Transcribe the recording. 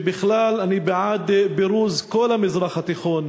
בכלל אני בעד פירוז כל המזרח התיכון